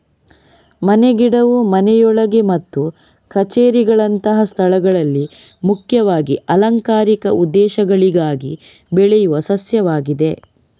ಮನೆ ಗಿಡವು ಮನೆಯೊಳಗೆ ಮತ್ತು ಕಛೇರಿಗಳಂತಹ ಸ್ಥಳಗಳಲ್ಲಿ ಮುಖ್ಯವಾಗಿ ಅಲಂಕಾರಿಕ ಉದ್ದೇಶಗಳಿಗಾಗಿ ಬೆಳೆಯುವ ಸಸ್ಯವಾಗಿದೆ